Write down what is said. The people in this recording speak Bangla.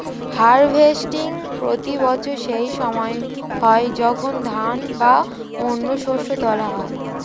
হার্ভেস্টিং প্রতি বছর সেই সময় হয় যখন ধান বা অন্য শস্য তোলা হয়